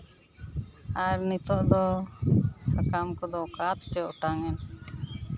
ᱟᱨ ᱱᱤᱛᱚᱜ ᱫᱚ ᱥᱟᱠᱟᱢ ᱠᱚᱫᱚ ᱚᱠᱟᱨᱮᱪᱚ ᱚᱴᱟᱝ ᱮᱱ